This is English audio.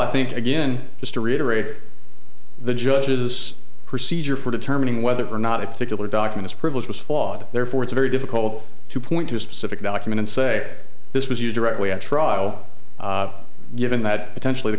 i think again just to reiterate the judge's procedure for determining whether or not it particular documents privilege was flawed therefore it's very difficult to point to specific documents say this was you directly at trial given that potentially the